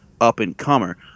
up-and-comer